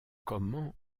comment